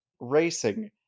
racing